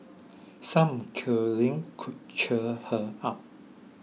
some curling could cheer her up